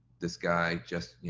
this guy just, you